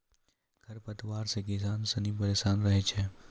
खरपतवार से किसान सनी परेशान रहै छै